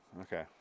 Okay